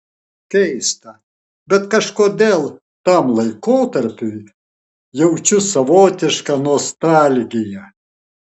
keista bet kažkodėl tam laikotarpiui jaučiu savotišką nostalgiją